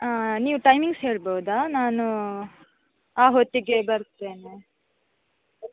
ಹಾಂ ನೀವು ಟೈಮಿಂಗ್ಸ್ ಹೇಳ್ಬೋದಾ ನಾನು ಆ ಹೊತ್ತಿಗೆ ಬರ್ತೇನೆ